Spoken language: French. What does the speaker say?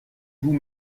vous